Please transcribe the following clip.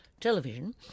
television –